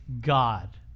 God